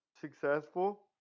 successful